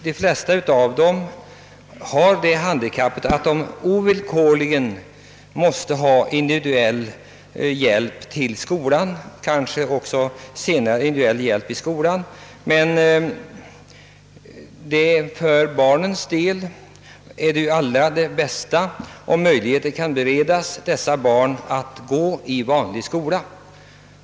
De flesta av dem har sådana handikapp att de ovillkorligen måste ha individuell hjälp för att komma till och från skolan och kanske senare även individuell hjälp i skolan, men för barnens del är det allra bästa om möjlighet kan beredas dem att gå i vanliga skolor.